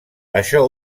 això